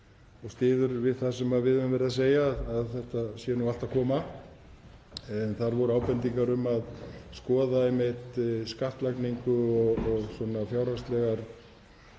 og styður við það sem við höfum verið að segja, að þetta sé nú allt að koma. En það voru ábendingar um að skoða skattlagningu og fjárhagslega